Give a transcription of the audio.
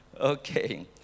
Okay